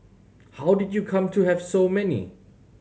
how did you come to have so many